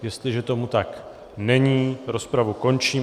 Jestliže tomu tak není, rozpravu končím.